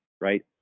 right